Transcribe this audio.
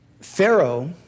Pharaoh